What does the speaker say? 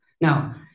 now